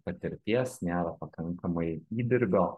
patirties nėra pakankamai įdirbio